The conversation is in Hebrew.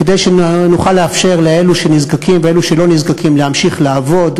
כדי שנוכל לאפשר לאלו שנזקקים ואלו שלא נזקקים להמשיך לעבוד,